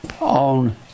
on